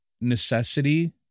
necessity